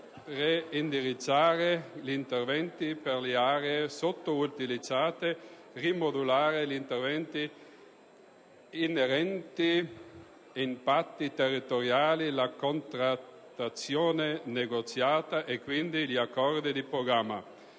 reindirizzare gli interventi per le aree sottoutilìzzate, rimodulare gli interventi inerenti i patti territoriali, la contrattazione negoziata e quindi gli accordi di programma.